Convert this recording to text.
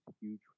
huge